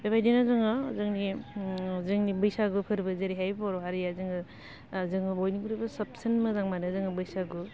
बेबायदिनो जोङो जोंनि जोंनि बै बैसागु फोरबो जेरैहाय बर' हारिया जोङो जोङो बयनिफ्रायबो साबसिन मोजां मोनो जोङो बैसागु